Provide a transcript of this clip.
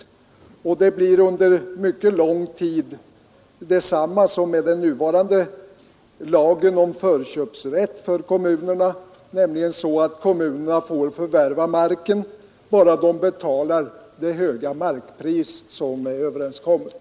Förhållandet blir under mycket lång tid detsamma som med den nuvarande lagen om förköpsrätt för kommunerna, nämligen att kommunerna får förvärva marken bara om de betalar det höga markpris som är överenskommet.